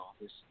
office